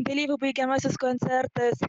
dalyvių baigiamasis koncertas